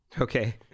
okay